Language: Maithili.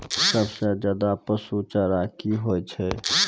सबसे अच्छा पसु चारा की होय छै?